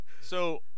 So-